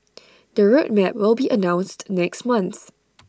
the road map will be announced next month